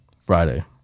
Friday